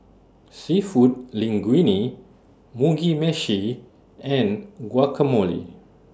Seafood Linguine Mugi Meshi and Guacamole